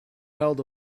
held